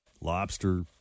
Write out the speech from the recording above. lobster